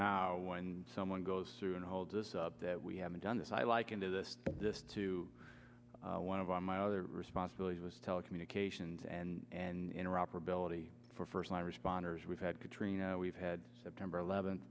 now when someone goes through and hold this up that we haven't done this i like into this to one of our my other responsibilities was telecommunications and and interoperability for first responders we've had katrina we've had september eleventh